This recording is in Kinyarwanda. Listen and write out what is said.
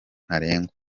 ntarengwa